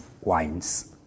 wines